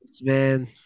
man